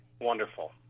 Wonderful